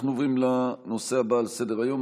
אנחנו עוברים לנושא הבא על סדר-היום,